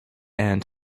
and